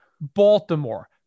Baltimore